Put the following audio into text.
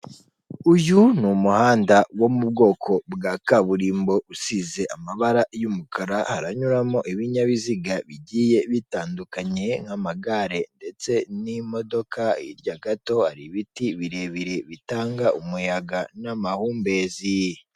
Uyu ni umuhanda wo mu bwoko bwa kaburimbo usize amabara y'umukara aranyuramo ibinyabiziga bigiye bitandukanye nk'amagare ndetse n'imodoka hirya gato hari ibiti birebire bitanga umuyaga n'amahumbezi.